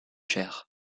cher